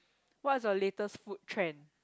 what's the latest food trend